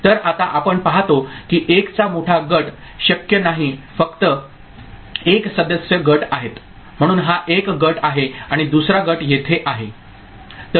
तर आता आपण पाहतो की 1 चा मोठा गट शक्य नाही फक्त 1 सदस्य गट आहेत म्हणून हा एक गट आहे आणि दुसरा गट येथे आहे